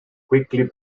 quickly